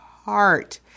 heart